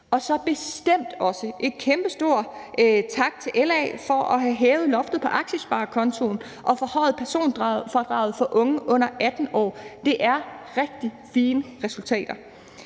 Og så bestemt også en kæmpestor tak til LA for at have hævet loftet på aktiesparekontoen og forhøjet personfradraget for unge under 18 år. Det er rigtig fine resultater.